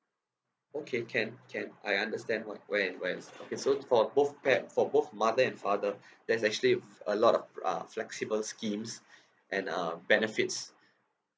okay can can I understand why why is why is okay so for both pa~ for both mother and father there's actually a lot of uh flexible schemes and uh benefits